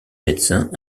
médecins